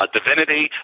Divinity